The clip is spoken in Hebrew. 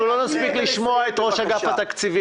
--- אנחנו לא נספיק לשמוע את ראש אגף התקציבים.